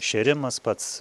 šėrimas pats